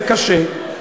זה קשה,